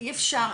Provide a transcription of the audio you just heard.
אי אפשר,